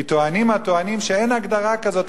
כי טוענים הטוענים שאין הגדרה כזאת,